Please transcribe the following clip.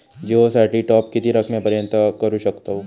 जिओ साठी टॉप किती रकमेपर्यंत करू शकतव?